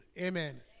Amen